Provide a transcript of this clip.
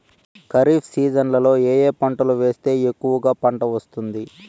ఖరీఫ్ సీజన్లలో ఏ ఏ పంటలు వేస్తే ఎక్కువగా పంట వస్తుంది?